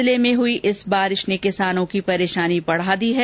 जिले में हुई इस बारिश ने किसानों की परेशानी बढा दी है